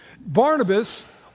Barnabas